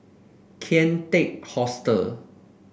Kian Teck Hostel